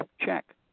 check